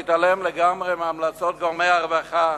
התעלם לגמרי מהמלצות גורמי הרווחה,